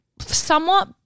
somewhat